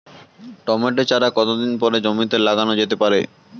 Tomato চারা কতো দিন পরে জমিতে লাগানো যেতে পারে?